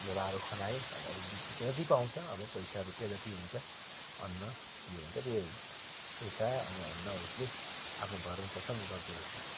झोलाहरू खनायो अनि अब भिख जति पो पाउँछ अब पैसा रुपियाँ जति हुन्छ अन्न जे हुन्छ त्यही पैसा अनि अन्न उसले आफ्नो भरण पोषण गर्दोरहेछ